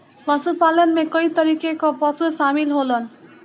पशुपालन में कई तरीके कअ पशु शामिल होलन